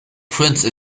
prince